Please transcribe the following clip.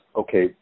okay